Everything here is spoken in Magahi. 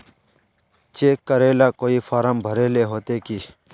चेक करेला कोई फारम भरेले होते की?